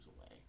away